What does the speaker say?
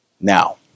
Now